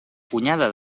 cunyada